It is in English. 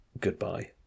goodbye